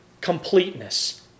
completeness